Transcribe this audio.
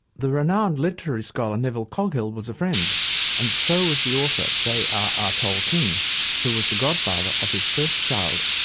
the renowned literary scholar, nevill coghill, was a friend and so was the author jrr ah tolkien, who was the godfather of his first child,